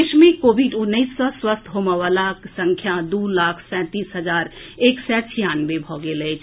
देश मे कोविड उन्नैस सँ स्वस्थ होबय वलाक संख्या दू लाख सैंतीस हजार एक सय छियानवे भऽ गेल अछि